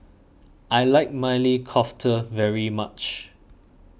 I like Maili Kofta very much